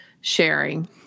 sharing